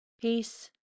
Peace